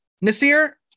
Nasir